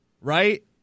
right